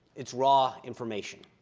it's raw information.